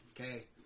Okay